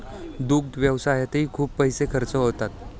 दुग्ध व्यवसायातही खूप पैसे खर्च होतात